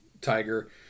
Tiger